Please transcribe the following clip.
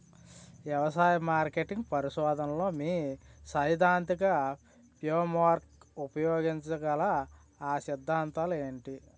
వ్యవసాయ మార్కెటింగ్ పరిశోధనలో మీ సైదాంతిక ఫ్రేమ్వర్క్ ఉపయోగించగల అ సిద్ధాంతాలు ఏంటి?